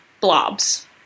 blobs